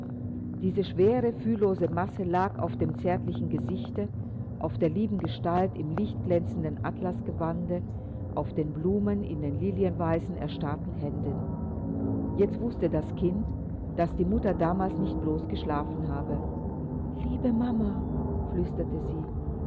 diese schwere fühllose masse lag auf dem zärtlichen gesichte auf der lieben gestalt im lichtglänzenden atlasgewande auf den blumen in den lilienweißen erstarrten händen jetzt wußte das kind daß die mutter damals nicht bloß geschlafen habe liebe mama flüsterte sie